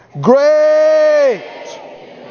Great